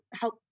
help